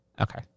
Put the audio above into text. Okay